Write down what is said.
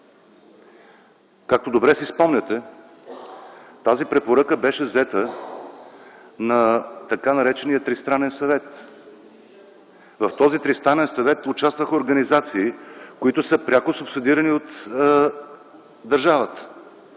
Както добре си спомняте, тази препоръка беше взета на така наречения Тристранен съвет. В този Тристранен съвет участваха организации, които са пряко субсидирани от държавата.